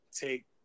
take